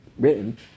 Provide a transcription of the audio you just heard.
written